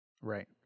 Right